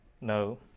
no